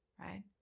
right